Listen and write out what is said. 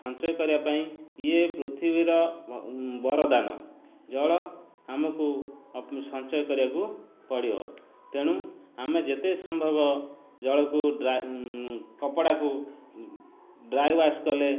ସଞ୍ଚୟ କରିବା ପାଇଁ ଇଏ ପୃଥିବୀର ବରଦାନ ଜଳ ଆମକୁ ସଞ୍ଚୟ କରିବାକୁ ପଡ଼ିବ ତେଣୁ ଆମେ ଯେତେ ସମ୍ଭବ ଜଳକୁ କପଡ଼ାକୁ ଡ୍ରାଏ ୱାଶ୍ କଲେ